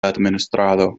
administrado